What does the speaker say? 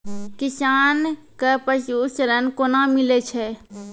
किसान कऽ पसु ऋण कोना मिलै छै?